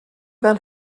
fel